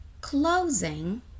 closing